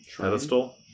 pedestal